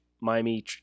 Miami